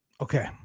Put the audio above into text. Okay